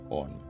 on